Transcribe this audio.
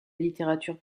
littérature